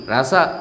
Rasa